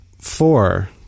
Four